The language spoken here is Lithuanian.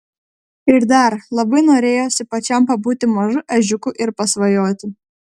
ir dar labai norėjosi pačiam pabūti mažu ežiuku ir pasvajoti